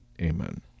Amen